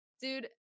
dude